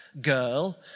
girl